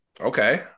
okay